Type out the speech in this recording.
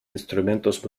instrumentos